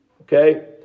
Okay